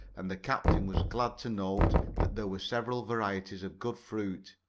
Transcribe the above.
and the captain was glad to note that there were several varieties of good fruit,